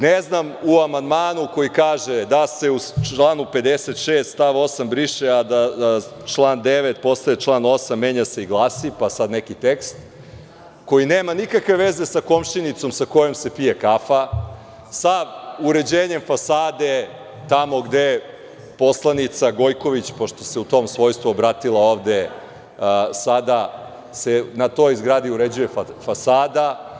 Ne znam u amandmanu koji kaže da se u članu 56. stav 8. briše, a da član 9. postaje član 8, menja se i glasi, pa sada neki tekst koji nema nikakve veze sa komšinicom sa kojom se pije kafa, sa uređenjem fasade tamo gde poslanica Gojković, pošto se u tom svojstvu obratila ovde sada, na toj zgradi se uređuje fasada.